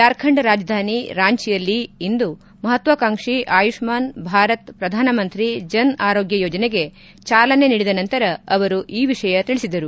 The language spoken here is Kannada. ಜಾರ್ಖಂಡ್ ರಾಜಧಾನಿ ರಾಂಚಿಯಲ್ಲಿ ಇಂದು ಮಹತ್ವಕಾಂಕ್ಷಿ ಅಯುಷ್ಮಾನ್ ಭಾರತ್ ಪ್ರಧಾನ ಮಂತ್ರಿ ಜನ್ ಆರೋಗ್ಯ ಯೋಜನೆಗೆ ಚಾಲನೆ ನೀಡಿದ ನಂತರ ಅವರು ಈ ವಿಷಯ ತಿಳಿಸಿದರು